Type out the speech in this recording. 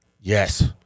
Yes